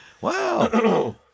Wow